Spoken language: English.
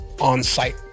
on-site